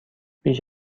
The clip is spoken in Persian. بیش